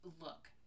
Look